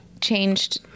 changed